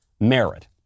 merit